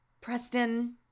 Preston